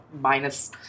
minus